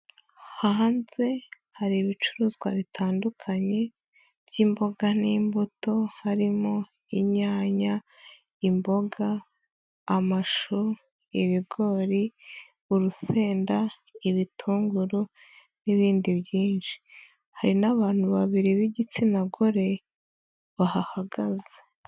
Hanze hari ibicuruzwa bitandukanye by'imboga n'imbuto, harimo inyanya, imboga, amashu, ibigori, urusenda, ibitunguru n'ibindi byinshi, hari n'abantu babiri b'igitsina gore bahahagaze.